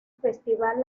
festival